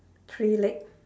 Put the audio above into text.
three leg